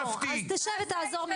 אז תשב ותעזור מפה.